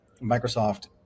Microsoft